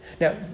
Now